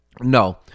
no